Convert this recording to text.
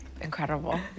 Incredible